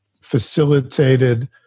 facilitated